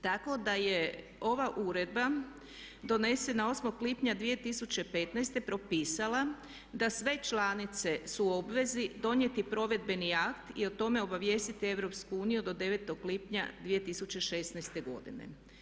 Tako da je ova uredba donesena 8. lipnja 2015. propisala da sve članice su u obvezi donijeti provedbeni akt i o tome obavijestiti EU do 9.lipnja 2016.godine.